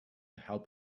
help